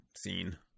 scene